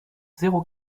zéro